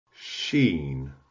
sheen